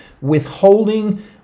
withholding